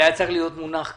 זה היה צריך להיות מונח כאן.